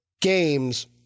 games